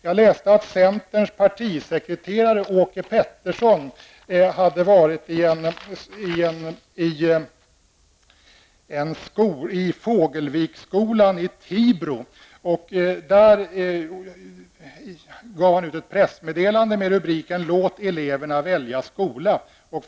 Jag läste att centerns partisekreterare Åke Han gav där ut ett pressmeddelande med rubriken Låt eleverna välja skola.